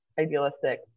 idealistic